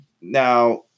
Now